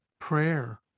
prayer